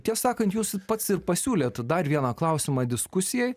tiesą sakant jūs pats pasiūlėt dar vieną klausimą diskusijai